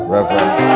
Reverend